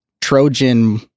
Trojan